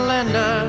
Linda